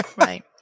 Right